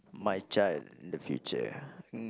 my child in the future